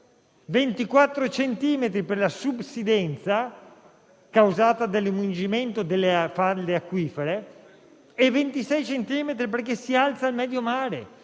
24 centimetri per la subsidenza, causata dall'emungimento delle falde acquifere, e 26 centimetri perché si alza il medio mare.